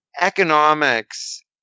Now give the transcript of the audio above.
economics